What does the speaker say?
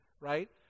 Right